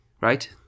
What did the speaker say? right